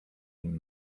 nim